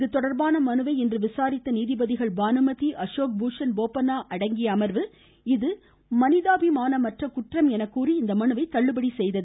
இத தொடர்பான மனுவை இன்று விசாரித்த நீதிபதிகள் பானுமதி அசோக் பூஷன் போப்பன்னா ஆகியோர் அடங்கிய அமர்வு இது மனிதாபிமானமற்ற குற்றம் எனக்கூறி இம்மனுவை தள்ளுபடி செய்தது